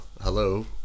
hello